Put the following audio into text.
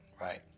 Right